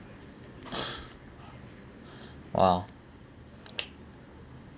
!wow!